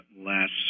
last